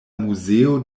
muzeo